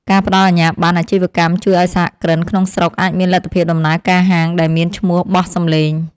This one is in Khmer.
ការផ្តល់អាជ្ញាប័ណ្ណអាជីវកម្មជួយឱ្យសហគ្រិនក្នុងស្រុកអាចមានលទ្ធភាពដំណើរការហាងដែលមានឈ្មោះបោះសម្លេង។